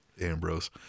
Ambrose